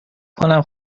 کنم